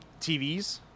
TVs